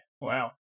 wow